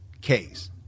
case